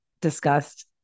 discussed